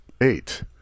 Eight